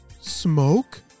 Smoke